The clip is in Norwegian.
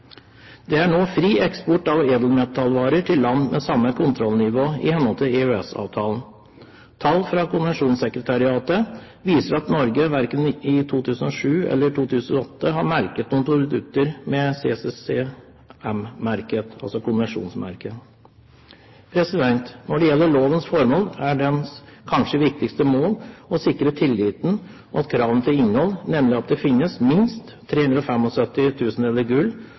Det er nå fri eksport av edelmetallvarer til land med samme kontrollnivå i henhold til EØS-avtalen. Tall fra konvensjonssekretariatet viser at Norge verken i 2007 eller 2008 har merket noen produkter med CCM-merket – altså konvensjonsmerket. Når det gjelder lovens formål, er dens kanskje viktigste mål å sikre tilliten og kravene til innhold, nemlig at det finnes minst 375 tusendeler gull, 800 tusendeler sølv og